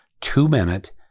two-minute